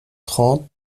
trente